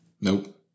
Nope